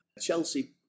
Chelsea